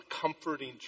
comforting